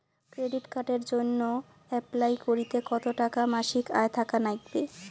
Credit কার্ডের জইন্যে apply করিতে কতো টাকা মাসিক আয় থাকা নাগবে?